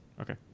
Okay